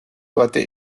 torte